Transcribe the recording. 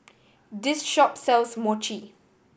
this shop sells Mochi